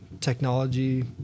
technology